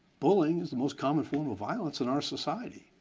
bullying is the most common form of violence in our society,